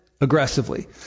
aggressively